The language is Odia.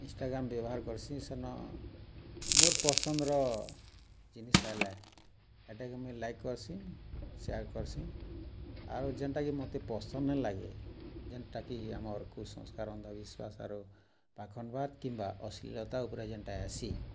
ଇନ୍ଷ୍ଟାଗ୍ରାମ୍ ବ୍ୟବହାର୍ କର୍ସିଁ ସେନ ମୋର୍ ପସନ୍ଦ୍ର ଜିନିଷ୍ ଆଏଲେ ହେଟାକେ ମୁଇଁ ଲାଇକ୍ କର୍ସିଁ ସେୟାର୍ କର୍ସିଁ ଆରୁ ଯେନ୍ଟାକି ମତେ ପସନ୍ଦ୍ ନାଇ ଲାଗେ ଯେନ୍ଟାକେ ଆମର୍ କୁସଂସ୍କାର୍ ଅନ୍ଧବିଶ୍ୱାସ ଆରୁ ପାଖଣ୍ଡ୍ ବାଦ୍ କିମ୍ବା ଅଶ୍ଲିଳତା ଉପ୍ରେ ଯେନ୍ଟା ଆଏସି